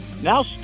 now